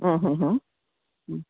હં હં હં